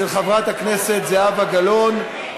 של חברת הכנסת זהבה גלאון.